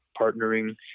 partnering